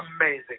Amazing